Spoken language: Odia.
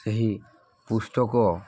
ସେହି ପୁସ୍ତକ